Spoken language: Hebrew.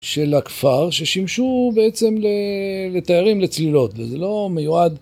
של הכפר ששימשו בעצם לתיירים לצלילות וזה לא מיועד.